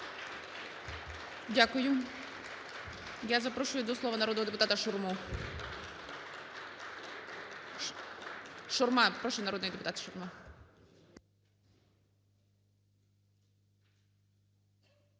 Дякую. Я запрошую до слова народного депутатаШурму. Шурма, прошу, народний депутат Шурма.